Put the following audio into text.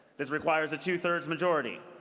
this requires a two-thirds majority.